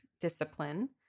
discipline